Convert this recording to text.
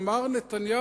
גם מר נתניהו,